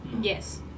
Yes